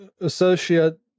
associate